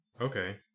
Okay